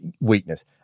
weakness